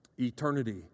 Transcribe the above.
eternity